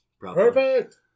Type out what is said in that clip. Perfect